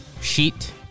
sheet